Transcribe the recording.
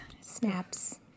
Snaps